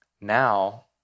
Now